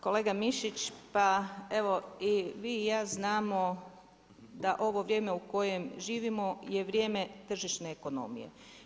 Kolega Mišić, pa evo i vi i ja znamo da ovo vrijeme u kojem živimo je vrijeme tržišne ekonomije.